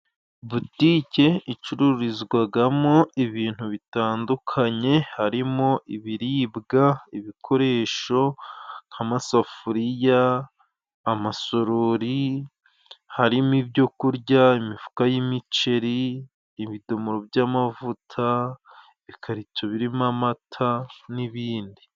Butiki icururizwagamo ibintu bitandukanye harimo ibiribwa, ibikoresho nk'amasafuriya, amasorori, harimo ibyo kurya, imifuka y'imiceri, ibidomoro by'amavuta, bikarito birimo amata n'ibindi.